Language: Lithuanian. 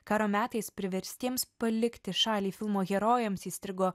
karo metais priverstiems palikti šalį filmo herojams įstrigo